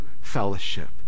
fellowship